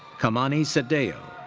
kamanie sahdeo.